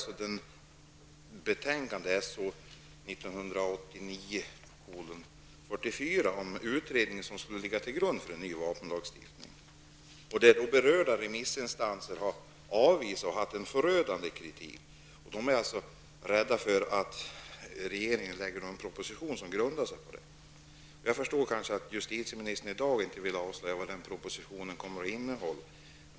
SOU 1989:44 skulle ligga till grund för en ny vapenlagstiftning, men de berörda remissinstanserna har kommit med en förödande kritik. De är rädda för att regeringen lägger fram en proposition som grundar sig på utredningen. Jag förstår att justitieministern i dag kanske inte vill avslöja vad propositionen kommer att innehålla.